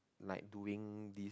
like doing this